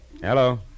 Hello